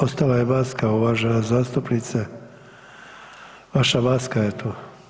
Ostala je maska uvažena zastupnice, vaša maska je tu.